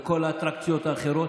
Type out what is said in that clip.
ובכל האטרקציות האחרות.